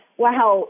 wow